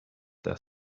their